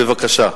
בבקשה.